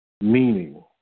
Meaning